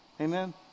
Amen